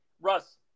Russ